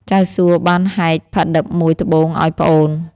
ចៅសួបានហែកផាឌិបមួយត្បូងឱ្យប្អូន។